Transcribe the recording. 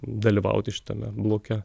dalyvauti šitame bloke